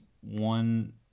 one